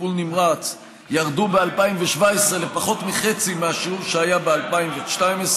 טיפול נמרץ ירדו ב-2017 לפחות מחצי מהשיעור שהיה ב-2012,